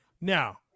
Now